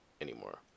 anymore